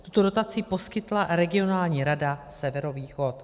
Tuto dotaci poskytla regionální rada Severovýchod.